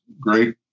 great